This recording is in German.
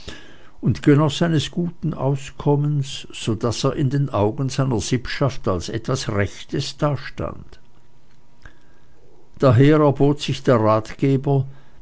und genoß eines guten auskommens so daß er in den augen seiner sippschaft als etwas rechtes dastand daher erbot sich der ratgeber